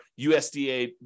USDA